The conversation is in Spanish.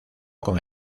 con